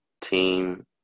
team